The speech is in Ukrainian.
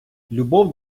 любов